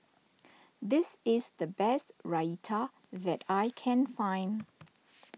this is the best Raita that I can find